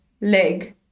leg